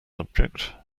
subject